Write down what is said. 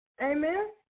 Amen